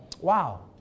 Wow